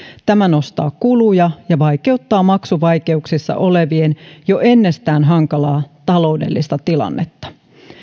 tämä nostaa kuluja ja vaikeuttaa maksuvaikeuksissa olevien jo ennestään hankalaa taloudellista tilannetta